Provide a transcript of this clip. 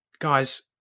Guys